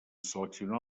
seleccionar